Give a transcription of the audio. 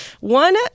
one